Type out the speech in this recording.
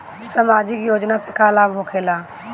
समाजिक योजना से का लाभ होखेला?